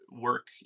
work